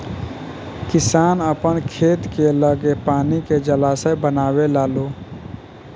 किसान आपन खेत के लगे पानी के जलाशय बनवे लालो